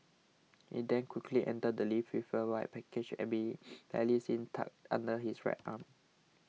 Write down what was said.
he then quickly enters the lift with a white package barely seen tucked under his right arm